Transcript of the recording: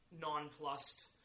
nonplussed